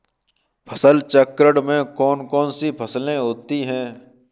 फसल चक्रण में कौन कौन सी फसलें होती हैं?